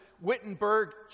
Wittenberg